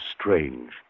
strange